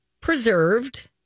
preserved